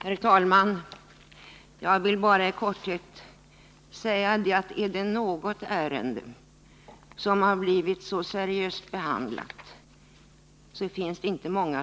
Herr talman! Jag vill bara i korthet säga att det inte finns många ärenden som behandlats så seriöst som detta.